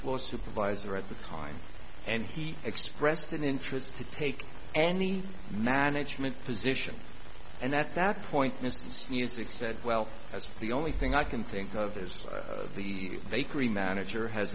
floor supervisor at the time and he expressed an interest to take any management position and at that point missed its music said well that's the only thing i can think of as the bakery manager has